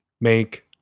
make